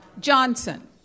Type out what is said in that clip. Johnson